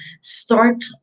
start